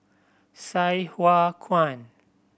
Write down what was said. Sai Hua Kuan